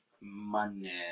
Money